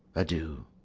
adieu!